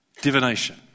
divination